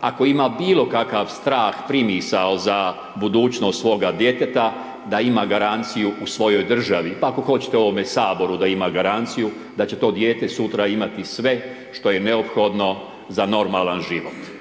ako ima bilo kakav strah, primisao za budućnost svoga djeteta, da ima garanciju u svojoj državi, pa ako hoćete u ovome Saboru da ima garanciju da će to dijete sutra imati sve što je neophodno za normalan život.